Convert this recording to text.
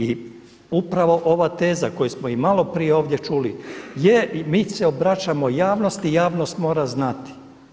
I upravo ova teza koju smo i malo prije ovdje čuli je, mi se obraćamo javnosti i javnost mora znati.